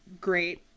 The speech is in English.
great